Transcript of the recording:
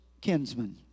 kinsman